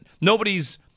nobody's